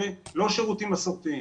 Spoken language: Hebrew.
לא שירותים מסורתיים.